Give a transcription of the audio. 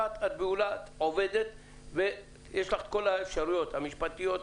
ויש לך את כל האפשרויות המשפטיות,